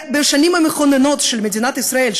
בשנים המכוננות של מדינת ישראל,